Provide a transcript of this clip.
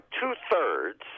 two-thirds